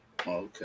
Okay